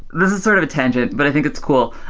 this is sort of a tangent, but i think it's cool.